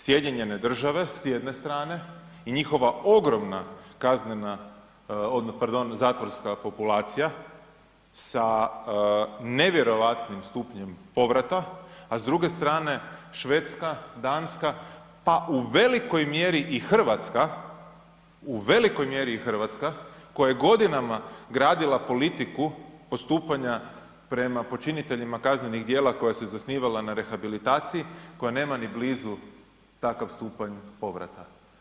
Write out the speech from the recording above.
Sjedinjene države, s jedne strane i njihova ogromna kaznena, pardon zatvorska populacija sa nevjerojatnim stupnjem povrata, a s druge strane, Švedska, Danska, pa u velikoj mjeri i Hrvatska, u velikoj mjeri i Hrvatska, koja je godinama gradila politiku postupanja prema počiniteljima kaznenih djela koja se zasnivala na rehabilitaciji koja nema ni blizu takav stupanj povrata.